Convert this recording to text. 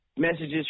Messages